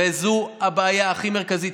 וזו הבעיה הכי מרכזית.